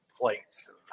plates